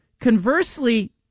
Conversely